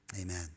Amen